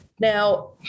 Now